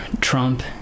Trump